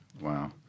Wow